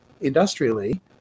industrially